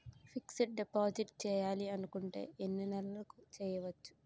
Fixed deposit చేయాలి అనుకుంటే ఎన్నే నెలలకు చేయొచ్చు?